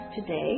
today